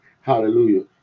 Hallelujah